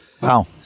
Wow